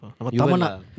Tamana